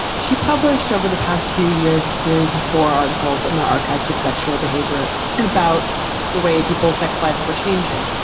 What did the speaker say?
she published over the past few years a series of four articles in the archives of sexual behavior about the way people's sex lives are changing.